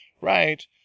right